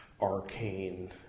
arcane